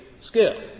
skill